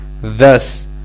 Thus